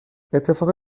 اتفاق